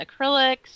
acrylics